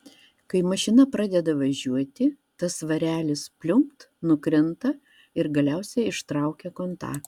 kai mašina pradeda važiuoti tas svarelis pliumpt nukrinta ir galiausiai ištraukia kontaktą